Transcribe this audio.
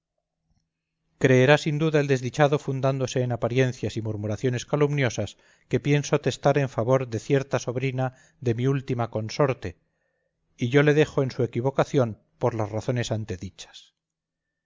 creerá sin duda el desdichado fundándose en apariencias y murmuraciones calumniosas que pienso testar en favor de cierta sobrina de mi última consorte y yo le dejo en su equivocación por las razones